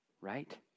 right